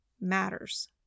matters